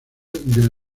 del